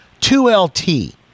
2LT